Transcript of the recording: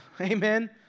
Amen